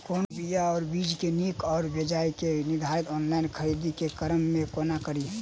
कोनों बीया वा बीज केँ नीक वा बेजाय केँ निर्धारण ऑनलाइन खरीददारी केँ क्रम मे कोना कड़ी?